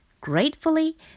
Gratefully